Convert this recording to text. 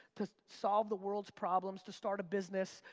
to solve the world's problems, to start a business,